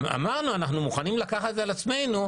אמרנו שאנחנו מוכנים לקחת את זה על עצמנו,